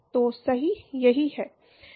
तो यही है